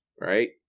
right